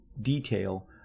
detail